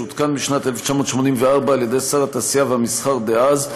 שהותקן בשנת 1984 על ידי שר התעשייה והמסחר דאז,